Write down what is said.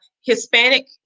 Hispanic